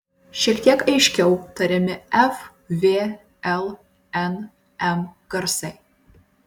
šiek tiek aiškiau tariami f v l n m garsai